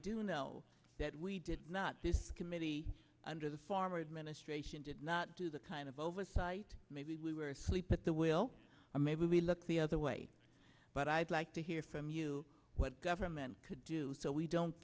do know that we did not this committee under the former administration did not do the kind of oversight maybe we were asleep at the wheel i may really look the other way but i'd like to hear from you what government could do so we don't